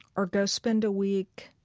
or go spend a week